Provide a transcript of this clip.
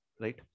right